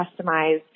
customize